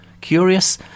Curious